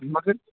مگر